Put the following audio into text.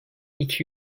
iki